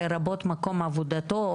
לרבות מקום עבודתו,